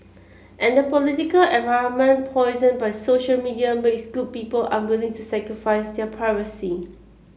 and the political environment poisoned by social media makes good people unwilling to sacrifice their privacy